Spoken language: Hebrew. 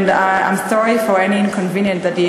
and I am sorry for any inconvenience that he